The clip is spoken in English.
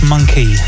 Monkey